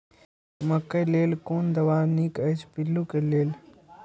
मकैय लेल कोन दवा निक अछि पिल्लू क लेल?